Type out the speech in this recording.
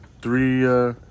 three